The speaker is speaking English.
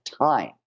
time